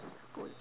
school